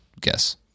guess